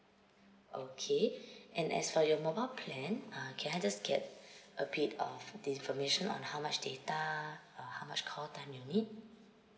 okay and as for your mobile plan uh can I just get a bit of the information on how much data uh how much call time you need